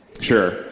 Sure